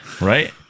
Right